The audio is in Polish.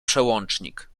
przełącznik